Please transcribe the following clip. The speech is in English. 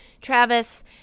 travis